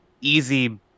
easy